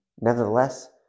nevertheless